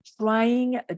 trying